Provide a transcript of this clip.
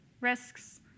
risks